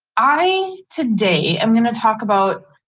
i today, i'm gonna talk about,